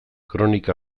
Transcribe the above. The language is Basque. kronika